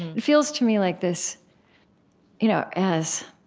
it feels to me like this you know as